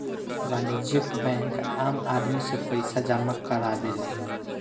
वाणिज्यिक बैंक आम आदमी से पईसा जामा करावेले